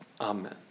Amen